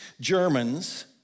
Germans